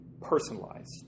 personalized